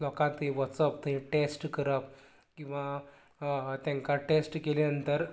लोकांक थंय वचप थंय टेस्ट करप किंवां तेंका टेस्ट केले नंतर